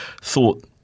thought